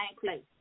place